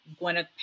Gwyneth